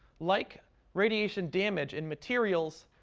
like radiation damage in materials,